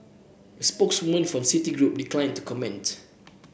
a spokeswoman for Citigroup declined to comment